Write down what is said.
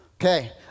Okay